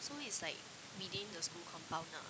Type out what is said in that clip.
so it's like within the school compound ah